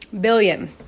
Billion